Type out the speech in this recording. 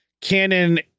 canon